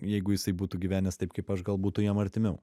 jeigu jisai būtų gyvenęs taip kaip aš gal būtų jam artimiau